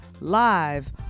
live